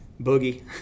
boogie